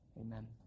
Amen